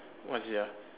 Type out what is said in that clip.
what is it ah